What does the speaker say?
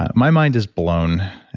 my mind is blown.